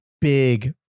big